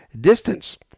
distance